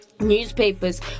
newspapers